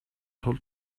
тул